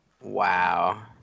Wow